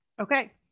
Okay